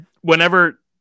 whenever